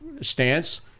stance